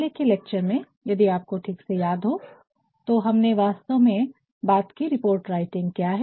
पहले के लेक्चर में यदि आपको ठीक से याद हो तो हमने वास्तव में बात की रिपोर्ट राइटिंग क्या है